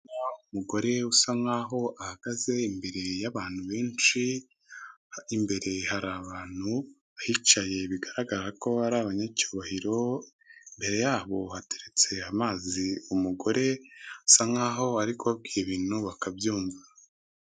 Umugore usa nkaho ahagaze imbere y'abantu benshi imbere harabantu bahicaye bigaragara ko Ari abanyacyubahiro, imbere yabo hateretse amazi, umugore bisa nkaho ari kubabwira ibintu bakabyumva.